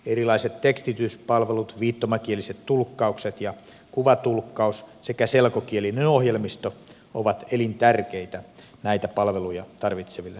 erilaiset tekstityspalvelut viittomakieliset tulkkaukset ja kuvatulkkaus sekä selkokielinen ohjelmisto ovat elintärkeitä näitä palveluja tarvitseville kansalaisille